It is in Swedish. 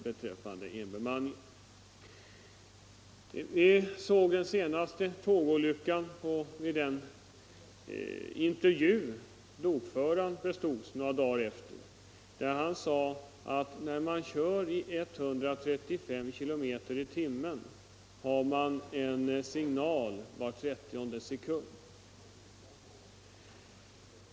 Några dagar efter den senaste tågolyckan gjordes det en intervju med lokföraren. Han sade bl.a. att när man kör i 135 km/tim har man en signal var trettionde sekund.